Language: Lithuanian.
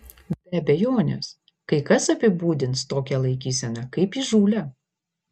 be abejonės kai kas apibūdins tokią laikyseną kaip įžūlią